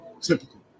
Typical